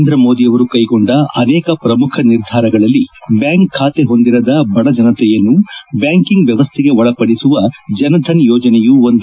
ಪ್ರಧಾನಮಂತ್ರಿಯವರು ಕೈಗೊಂಡ ಅನೇಕ ಪ್ರಮುಖ ನಿರ್ಧಾರಗಳಲ್ಲಿ ಬ್ಲಾಂಕ್ ಬಾತೆ ಹೊಂದಿರದ ಬಡ ಜನತೆಯನ್ನು ಬ್ಲಾಂಕಿಂಗ್ ವ್ಯವಸ್ಥೆಗೆ ಒಳಪಡಿಸುವ ಜನಧನ್ ಯೋಜನೆಯೂ ಒಂದು